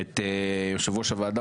יושב-ראש הוועדה,